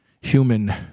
human